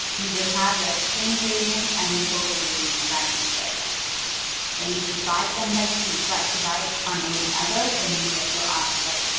you will have your explained variance and your total variance values there when you divide them by two, but divide one over the other, then you' get you r squared.